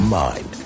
mind